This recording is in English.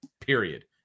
period